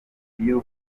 iyo